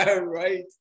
Right